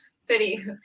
city